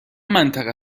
منطقه